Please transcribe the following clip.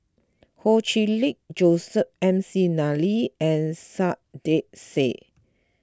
Ho Chee Lick Joseph McNally and Saiedah Said